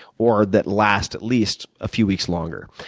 or that last at least a few weeks longer.